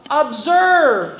observe